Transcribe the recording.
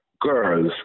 girls